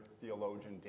theologian